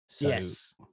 Yes